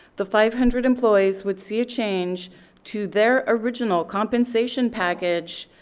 the five hundred employees would see a change to their original compensation package,